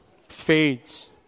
fades